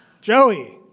Joey